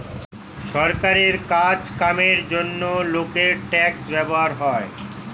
সরকারের কাজ কামের জন্যে লোকের ট্যাক্স ব্যবহার হয়